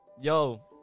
Yo